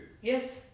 Yes